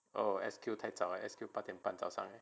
S_Q 太早了 S_Q 八点半早上